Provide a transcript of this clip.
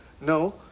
no